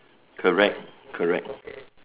correct correct